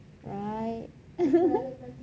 right